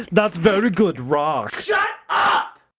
that's very good rock. shut up!